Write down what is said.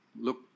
look